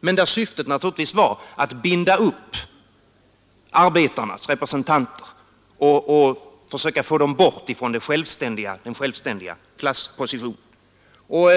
Men syftet var naturligtvis aktiebolag och att binda upp arbetarnas representanter och försöka få dem bort från den ekonomiska försjälvständiga klasspositionen.